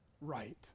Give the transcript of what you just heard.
Right